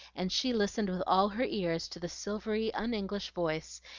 and she listened with all her ears to the silvery un-english voice,